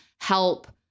help